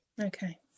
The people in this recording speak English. okay